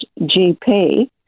GP